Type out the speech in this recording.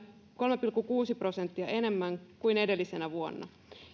kolme pilkku kuusi prosenttia enemmän kuin edellisenä vuonna